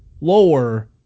lower